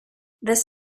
this